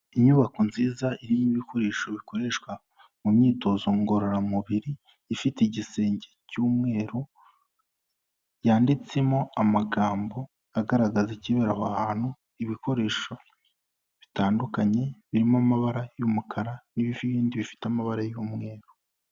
Inyubako nziza irimo ibikoresho bikoreshwa mu myitozo ngororamubiri, ifite igisenge cy'umweru, yanditsemo amagambo agaragaza ikibera aho hantu, ibikoresho bitandukanye birimo amabara y'umukara n'ibindi bifite amabara y'umweru.